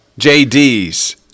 JD's